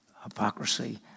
hypocrisy